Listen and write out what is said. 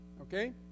Okay